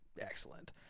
excellent